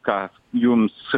ką jums